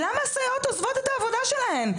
למה הסייעות עוזבות את העבודה שלהן?